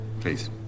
Please